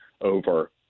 over